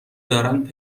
دارند